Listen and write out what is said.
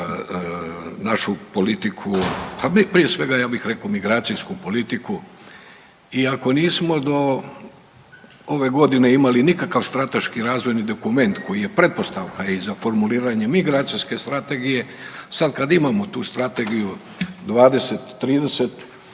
našu politiku, pa mi, prije svega, ja bih rekao migracijsku politiku, iako nismo do ove godine imali nikakav strateški razvojni dokument koji je pretpostavka i za formuliranje i migracijske strategije, sad kad imamo tu strategiju 2030.,